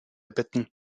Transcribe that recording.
bitten